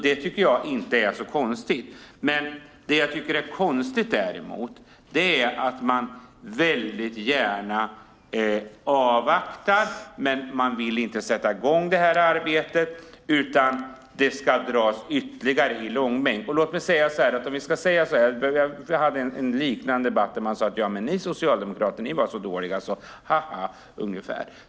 Det tycker jag inte är så konstigt. Vad jag däremot tycker är konstigt är att man väldigt gärna avvaktar, inte vill sätta i gång arbetet utan att det ska dras ytterligare i långbänk. Låt mig säga: Det var en liknande debatt där man sade ungefär: Ni socialdemokrater var så dåliga - haha!